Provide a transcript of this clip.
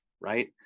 right